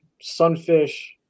sunfish